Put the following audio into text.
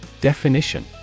Definition